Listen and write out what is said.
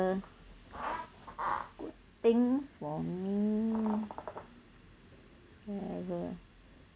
a good thing for me ever